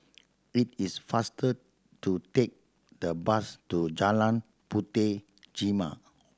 it is faster to take the bus to Jalan Puteh Jerneh